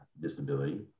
disability